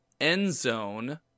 Endzone